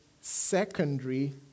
secondary